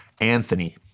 Anthony